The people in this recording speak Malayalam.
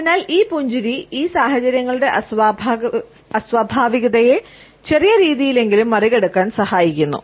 അതിനാൽ ഈ പുഞ്ചിരി ഈ സാഹചര്യങ്ങളുടെ അസ്വാഭാവികതയെ ചെറിയ രീതിയിലെങ്കിലും മറികടക്കാൻ സഹായിക്കുന്നു